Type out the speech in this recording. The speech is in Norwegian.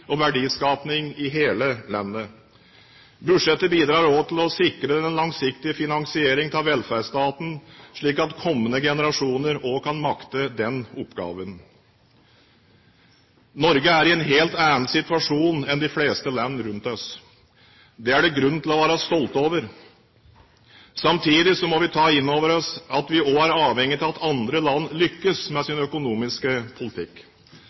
og verdiskaping i hele landet. Budsjettet bidrar også til å sikre den langsiktige finansieringen av velferdsstaten, slik at kommende generasjoner også kan makte den oppgaven. Norge er i en helt annen situasjon enn de fleste land rundt oss. Det er det grunn til å være stolte over. Samtidig må vi ta inn over oss at vi også er avhengige av at andre land lykkes med sin økonomiske politikk.